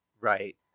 Right